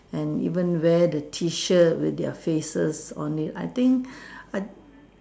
and even wear the T shirt with their faces on it I think I